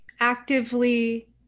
actively